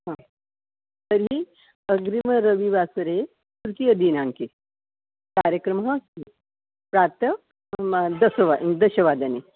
तर्हि अग्रिमरविवासरे तृतीयदिनाङ्के कार्यक्रमः अस्ति प्रातः दश वा दशवादने